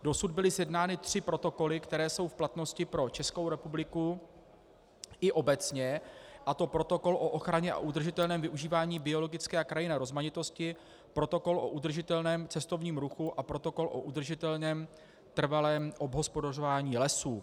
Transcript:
Dosud byly sjednány tři protokoly, které jsou v platnosti pro Českou republiku i obecně, a to Protokol o ochraně a udržitelném využívání biologické a krajinné rozmanitosti, Protokol o udržitelném cestovním ruchu a Protokol o udržitelném trvalém obhospodařování lesů.